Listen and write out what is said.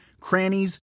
crannies